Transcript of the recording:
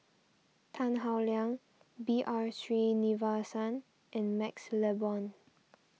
Tan Howe Liang B R Sreenivasan and MaxLe Blond